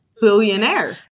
billionaire